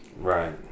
Right